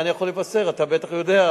את זה אני יכול לבשר, ואתה בטח יודע.